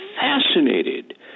fascinated